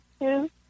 two